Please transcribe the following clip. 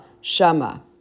shama